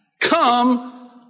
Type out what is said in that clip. come